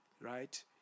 right